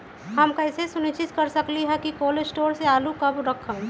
हम कैसे सुनिश्चित कर सकली ह कि कोल शटोर से आलू कब रखब?